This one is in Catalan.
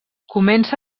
comença